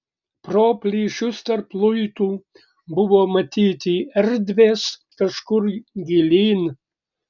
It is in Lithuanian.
pro plyšius tarp luitų buvo matyti erdvės kažkur gilyn